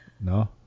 No